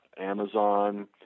Amazon